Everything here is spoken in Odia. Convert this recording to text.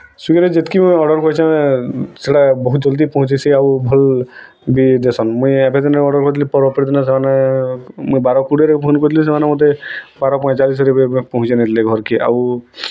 ସ୍ଵିଗିରେ ଯେତ୍କି ମୁଇଁ ଅର୍ଡ଼ର କରିଛେ ସେଟା ବହୁତ ଜଲ୍ଦି ପହଞ୍ଚିସି ଆଉ ଭଲ ବି ଦେସନ୍ ମୁଇଁ ଏବେ ଦିନେ ଅର୍ଡ଼ର କରିଥିଲି ପର ଅପରଦିନ ସେମାନେ ମୁଇଁ ବାର କୁଡ଼ିଏରେ ଫୋନ୍ କରିଥିଲି ସେମାନେ ମୋତେ ବାର ପଇଁଚାଳିଶରେ ବି ପହଞ୍ଚାଇ ଦେଇଥିଲେ ଘର୍କେ ଆଉ